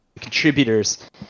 contributors